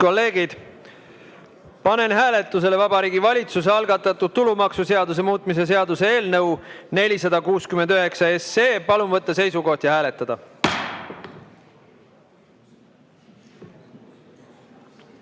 kolleegid, panen hääletusele Vabariigi Valitsuse algatatud tulumaksuseaduse muutmise seaduse eelnõu 469. Palun võtta seisukoht ja hääletada!